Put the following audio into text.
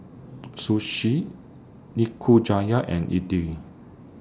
Sushi Nikujaga and Idili